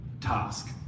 task